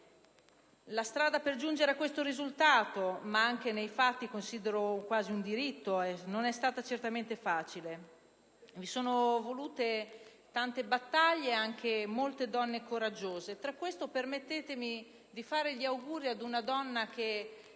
La strada per giungere a questo risultato, ma che nei fatti considero quasi un diritto, non è stata certamente facile. Ci sono volute tante battaglie e molte donne coraggiose. Per questo, permettetemi di fare gli auguri ad una donna che